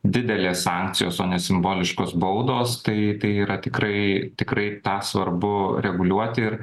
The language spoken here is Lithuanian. didelės sankcijos o ne simboliškos baudos tai tai yra tikrai tikrai tą svarbu reguliuoti